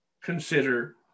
consider